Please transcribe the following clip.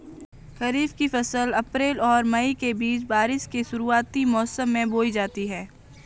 खरीफ़ की फ़सल अप्रैल और मई के बीच, बारिश के शुरुआती मौसम में बोई जाती हैं